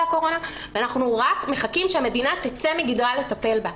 הקורונה ואנחנו רק מחכים שהמדינה תצא מגדרה לטפל בה.